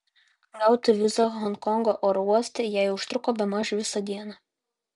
gauti vizą honkongo oro uoste jai užtruko bemaž visą dieną